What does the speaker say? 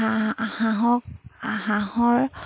হাঁহক হাঁহৰ